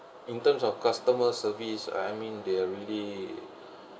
in terms of customer service I mean they are really